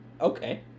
okay